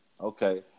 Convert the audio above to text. Okay